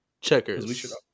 checkers